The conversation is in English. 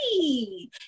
hey